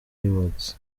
rewards